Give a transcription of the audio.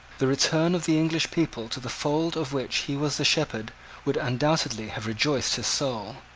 the return of the english people to the fold of which he was the shepherd would undoubtedly have rejoiced his soul.